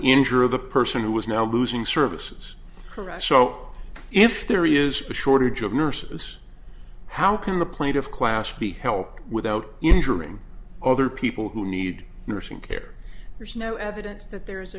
injure the person who is now losing services correct so if there is a shortage of nurses how can the plate of class be helped without injuring other people who need nursing care there's no evidence that there's a